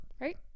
Right